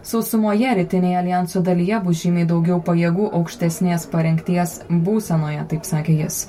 sausumoje rytinėje aljanso dalyje bus žymiai daugiau pajėgų aukštesnės parengties būsenoje taip sakė jis